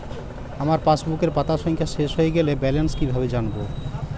আমার পাসবুকের পাতা সংখ্যা শেষ হয়ে গেলে ব্যালেন্স কীভাবে জানব?